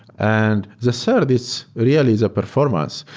and the service really is a performance,